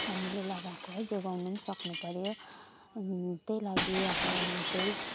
हामीले लगाएको है जोगाउनु पनि सक्नुपर्यो अनि त्यही लागि अब म चाहिँ